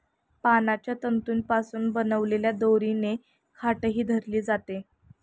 पानांच्या तंतूंपासून बनवलेल्या दोरीने खाटही भरली जाते